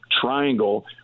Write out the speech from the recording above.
triangle